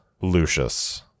Lucius